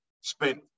spent